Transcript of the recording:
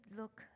look